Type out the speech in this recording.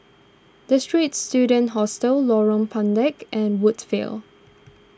the Straits Students Hostel Lorong Pendek and Woodsville